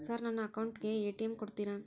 Sir ನನ್ನ account ಗೆ ATM ಕೊಡುತ್ತೇರಾ?